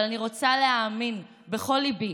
אבל אני רוצה להאמין בכל ליבי